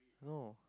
no